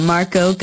Marco